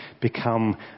become